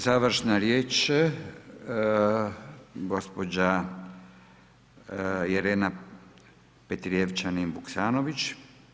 Završna riječ, gospođa Irena Petrijevčanin Vuksanović.